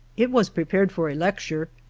it was repared for a lecture,